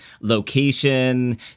location